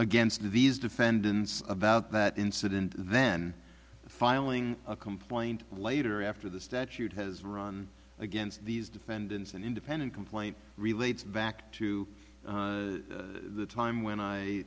against these defendants about that incident then filing a complaint later after the statute has run against these defendants an independent complaint relates back to the time when i